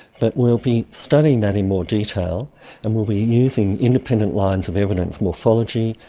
but we'll be studying that in more detail and we'll be using independent lines of evidence, morphology,